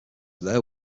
their